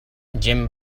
gent